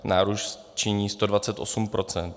Nárůst činí 128 %.